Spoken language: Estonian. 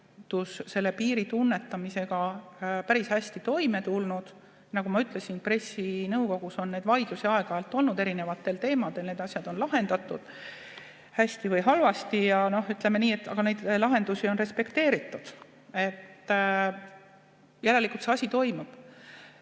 selle piiri tunnetamisega päris hästi toime tulnud. Nagu ma ütlesin, pressinõukogus on aeg-ajalt olnud vaidlusi erinevatel teemadel, need asjad on lahendatud hästi või halvasti, aga ütleme nii, et neid lahendusi on respekteeritud. Järelikult see asi toimib.